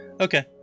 Okay